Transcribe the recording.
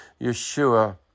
Yeshua